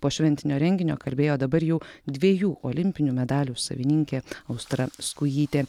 po šventinio renginio kalbėjo dabar jau dviejų olimpinių medalių savininkė austra skujytė